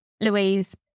Louise